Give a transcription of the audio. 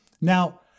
now